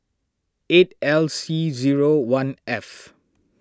eight L C zero one F